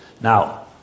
Now